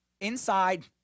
Inside